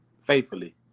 faithfully